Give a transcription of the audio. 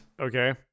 Okay